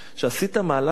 שעשית מהלך אדיר.